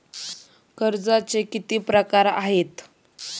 कर्जाचे किती प्रकार आहेत?